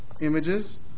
images